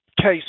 case